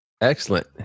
Excellent